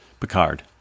Picard